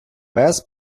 пес